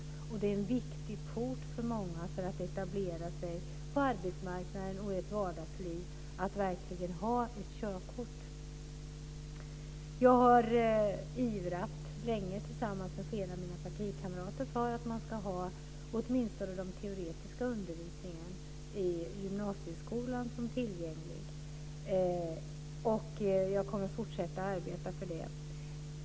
Att ha ett körkort är en viktig port för många för att etablera sig på arbetsmarknaden och i vardagslivet. Tillsammans med flera av mina partikamrater har jag länge ivrat för att man ska ha åtminstone den teoretiska undervisningen tillgänglig i gymnasieskolan, och jag kommer att fortsätta att arbeta för det.